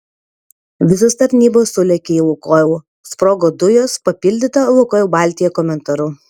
visos tarnybos sulėkė į lukoil sprogo dujos papildyta lukoil baltija komentaru